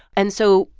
and so,